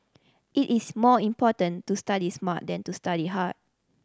it is more important to study smart than to study hard